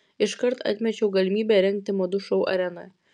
iškart atmečiau galimybę rengti madų šou arenoje